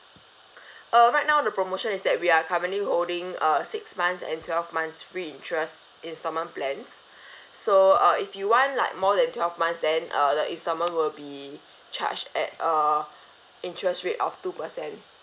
uh right now the promotion is that we are currently holding uh six months and twelve months free interest instalment plans so uh if you want like more than twelve months then uh the instalment will be charged at a interest rate of two percent